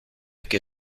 que